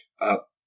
up